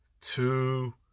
Two